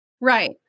right